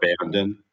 abandoned